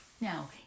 Now